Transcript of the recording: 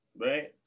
right